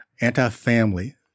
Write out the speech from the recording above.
anti-family